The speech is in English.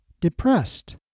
depressed